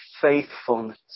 faithfulness